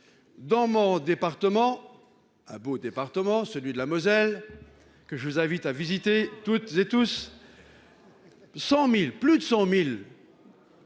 Dans mon département. Un beau département, celui de la Moselle. Que je vous invite à visiter toutes et tous. 100.000. Plus de 100.000.